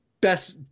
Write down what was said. best –